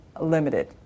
limited